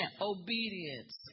Obedience